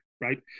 right